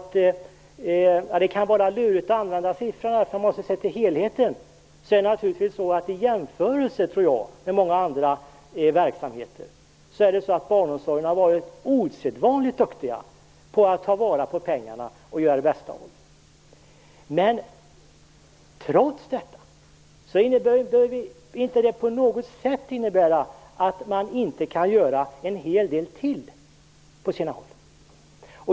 Det kan vara lurigt att använda siffrorna, för man måste se till helheten, men i jämförelse med många andra verksamheter tror jag att man inom barnomsorgen har varit osedvanligt duktig på att ta vara på pengarna och göra det bästa av dem. Detta behöver inte på något sätt innebära att man inte kan göra en hel del till på sina håll.